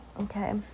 Okay